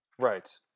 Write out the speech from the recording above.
Right